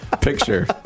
picture